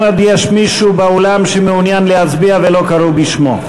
האם עוד יש מישהו באולם שמעוניין להצביע ולא קראו בשמו?